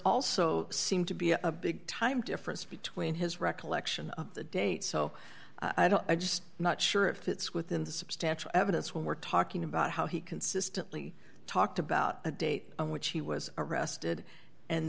also seemed to be a big time difference between his recollection of the date so i don't i just not sure if it's within the substantial evidence when we're talking about how he consistently talked about the date on which he was arrested and